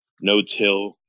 no-till